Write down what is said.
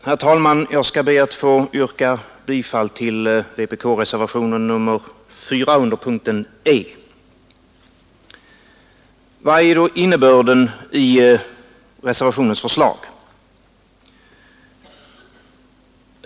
Herr talman! Jag skall be att få yrka bifall till vpk-reservationen nr 4 vid punkten E i utskottets betänkande. Vad är då innebörden i reservationens förslag?